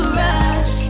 rush